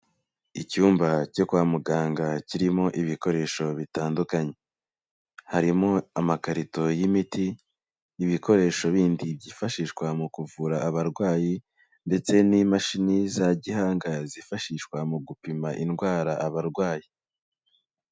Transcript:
Icyumba cyo kwa muganga kirimo ibikoresho bitandukanye. Harimo amakarito y'imiti, ibikoresho bindi byifashishwa mu kuvura abarwayi ndetse n'imashini za gihanga zifashishwa mu gupima indwara abarwayi.